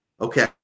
Okay